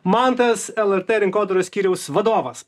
mantas lrt rinkodaros skyriaus vadovas